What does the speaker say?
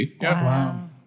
Wow